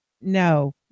no